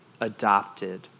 adopted